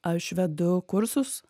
aš vedu kursus